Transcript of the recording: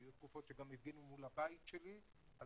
היו תקופות שהפגינו מול הבית שלי על